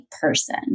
person